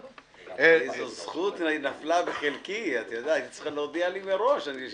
איזו זכות נפלה בחלקי, היית צריכה להודיע לי מראש.